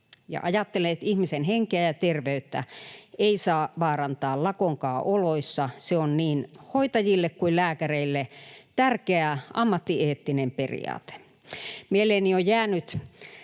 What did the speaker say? ajattelen, että ihmisen henkeä ja terveyttä ei saa vaarantaa lakonkaan oloissa. Se on niin hoitajille kuin lääkäreille tärkeä ammattieettinen periaate. Mieleeni on jäänyt